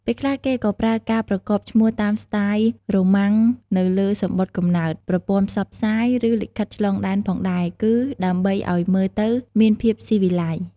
ពេលខ្លះ គេក៏ប្រើការប្រកបឈ្មោះតាមស្ទាយរ៉ូមុាំងនៅលើសំបុត្រកំណើត ប្រព័ន្ធផ្សព្វផ្សាយ ឬ លិខិតឆ្លងដែនផងដែរ គឺ ដើម្បីឱ្យមើលទៅមានភាពសុីវីល័យ។